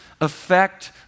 affect